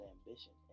Ambition